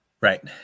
Right